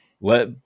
Let